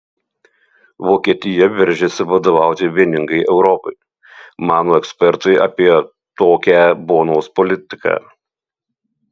vokietija veržiasi vadovauti vieningai europai mano ekspertai apie tokią bonos politiką